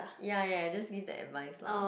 ya ya just give the advice lah